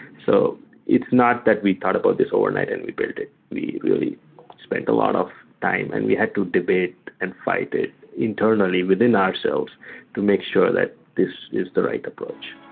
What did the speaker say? so it's not that we thought about this overnight and we build it. we really spent a lot of time and we had to debate and fight it internally within ourselves to make sure that this is the right approach.